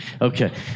okay